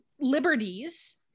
liberties